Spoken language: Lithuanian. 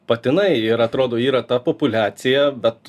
patinai ir atrodo yra ta populiacija bet